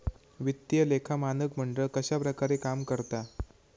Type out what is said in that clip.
वित्तीय लेखा मानक मंडळ कश्या प्रकारे काम करता?